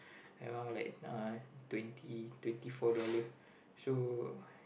around like uh twenty twenty four dollar so